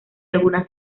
algunas